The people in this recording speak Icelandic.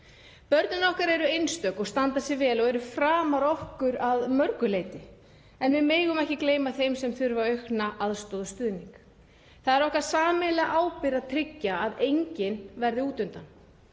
Börnin okkar eru einstök, þau standa sig vel og eru framar okkur að mörgu leyti, en við megum ekki gleyma þeim sem þurfa aukna aðstoð og stuðning. Það er okkar sameiginlega ábyrgð að tryggja að enginn verði út undan,